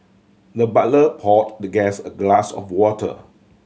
the butler poured the guest a glass of water